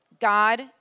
God